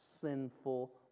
sinful